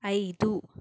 ಐದು